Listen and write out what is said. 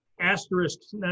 asterisks